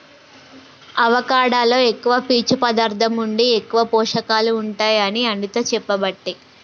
avocado లో ఎక్కువ పీచు పదార్ధం ఉండి ఎక్కువ పోషకాలు ఉంటాయి అని అనిత చెప్పబట్టే